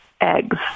eggs